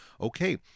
okay